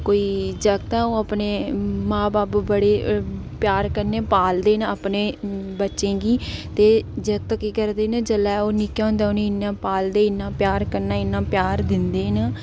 जि'यां कोई जागत ऐ ओह् अपने मां बब्ब बडे प्यार कन्नै पालदे न अपने बच्चें गी ते जागत केह् करदे न जेल्लै ओह् निक्के होंदे उ'नें ई इन्ना पालदे इन्ना प्यार कन्नै इन्ना प्यार दिदें न